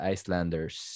Icelanders